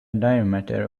diameter